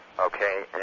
Okay